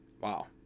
Wow